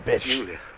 Julia